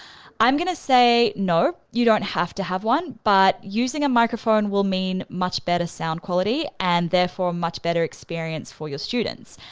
i'm gonna say, no, you don't have to have one but using a microphone will mean much better sound quality and therefore much better experience for your students,